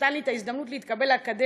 שנתן לי את ההזדמנות להתקבל לאקדמיה,